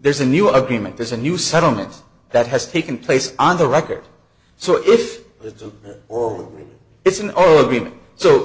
there's a new agreement there's a new settlement that has taken place on the record so if it's a or it's an all agreement so